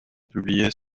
publiés